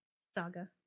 saga